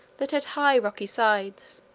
that had high rocky sides,